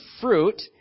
fruit